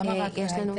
למה רק בהייטק?